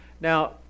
Now